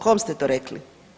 Kome ste to rekli?